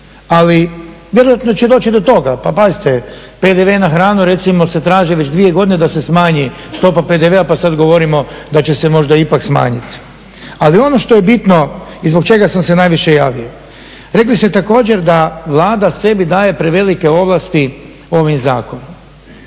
Ali vjerojatno će doći i do toga. Pa pazite PDV na hranu recimo se traži već dvije godine da se smanji stopa PDV-a pa sada govorimo da će se možda ipak smanjiti. Ali ono što je bitno i zbog čega sam se najviše javio, rekli ste također da Vlada sebi daje prevelike ovlasti ovim zakonom.